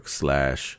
slash